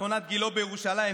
משכונת גילה בירושלים,